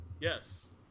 Yes